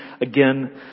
again